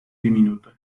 diminutas